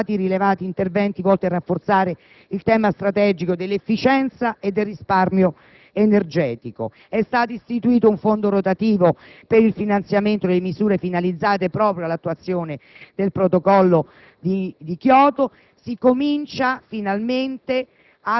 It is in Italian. legge finanziaria, sono stati approvati rilevanti interventi volti a rafforzare il tema strategico dell'efficienza e del risparmio energetico. È stato istituito un fondo rotativo per il finanziamento delle misure finalizzate all'attuazione del Protocollo di Kyoto.